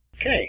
Okay